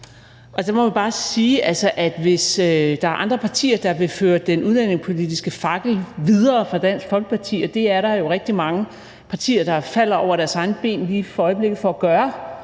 Og der må vi bare sige, at hvis der er andre partier, der vil føre den udlændingepolitiske fakkel videre fra Dansk Folkeparti – og det er der jo rigtig mange partier der lige i øjeblikket falder over deres egne ben for at gøre,